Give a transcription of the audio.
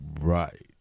Right